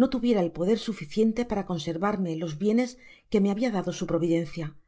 no tuviese el poder sufioiente para conservarme los bienes que me habia dado su providencial en